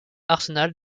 arsenal